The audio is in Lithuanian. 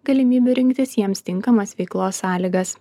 galimybių rinktis jiems tinkamas veiklos sąlygas